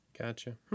gotcha